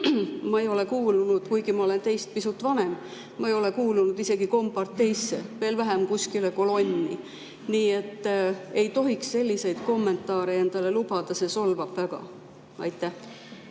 teile öelda, et kuigi ma olen teist pisut vanem, ma ei ole kuulunud isegi komparteisse, veel vähem kuskile kolonni. Nii et ei tohiks selliseid kommentaare endale lubada, see solvab väga. Aitäh!